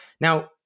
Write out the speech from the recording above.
Now